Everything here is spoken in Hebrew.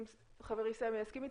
אם חברי סמי יסכים איתי,